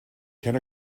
can